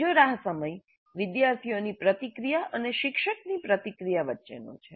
બીજો રાહ સમય વિદ્યાર્થીઓની પ્રતિક્રિયા અને શિક્ષકની પ્રતિક્રિયા વચ્ચેનો છે